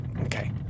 Okay